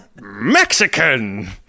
Mexican